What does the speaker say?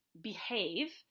behave